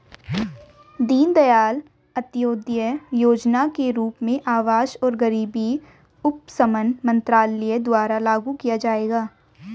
दीनदयाल अंत्योदय योजना के रूप में आवास और गरीबी उपशमन मंत्रालय द्वारा लागू किया जाएगा